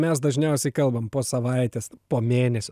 mes dažniausiai kalbam po savaitės po mėnesio